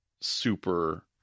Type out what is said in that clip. super